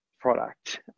product